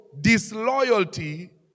disloyalty